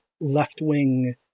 left-wing